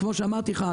כמו שאמרתי לך,